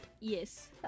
Yes